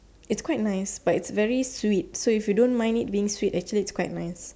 is quite nice but is very sweet so if you don't mind it being sweet actually is quite nice